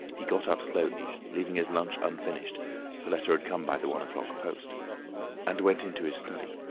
he got up slowly, leaving his lunch unfinished the letter had come by the one o'clock post and went into his study.